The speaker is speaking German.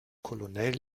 colonel